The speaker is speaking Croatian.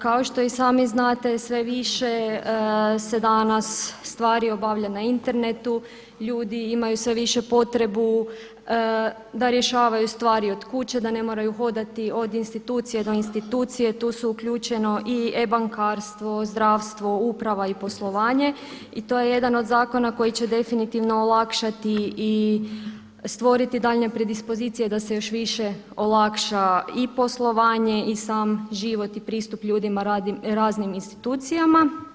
Kao što i sami znate sve više se danas stvari obavlja na internetu, ljudi imaju sve više potrebu da rješavaju stvari od kuće, da ne moraju hodati od institucije do institucije, tu je uključeno i e-bankarstvo, zdravstvo, uprava i poslovanje i to je jedan od zakona koji će definitivno olakšati i stvoriti daljnje predispozicije da se još više olakša i poslovanje i sam život i pristup ljudima raznim institucijama.